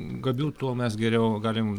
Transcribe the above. gabių tuo mes geriau galim